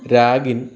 രാഗിൻ